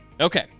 Okay